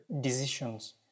decisions